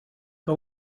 que